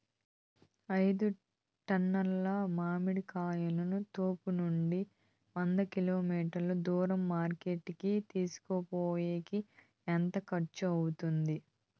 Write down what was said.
ఐదు టన్నుల మామిడి కాయలను తోపునుండి వంద కిలోమీటర్లు దూరం మార్కెట్ కి తీసుకొనిపోయేకి ఎంత ఖర్చు అవుతుంది?